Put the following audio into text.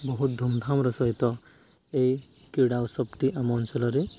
ବହୁତ ଧୁମ୍ଧାମ୍ର ସହିତ ଏଇ କ୍ରୀଡ଼ା ଉସବଟି ଆମ ଅଞ୍ଚଳରେ